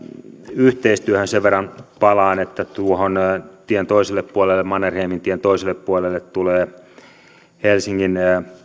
yhteistyöhön sen verran palaan että tuohon tien toiselle puolelle mannerheimintien toiselle puolelle tulee helsingin